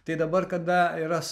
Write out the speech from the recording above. tai dabar kada yra